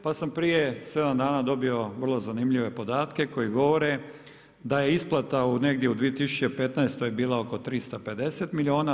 Pa sam prije 7 dana dobio vrlo zanimljive podatke, koji govore, da je isplata negdje u 2015. bila oko 350 milijuna.